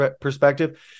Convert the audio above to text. perspective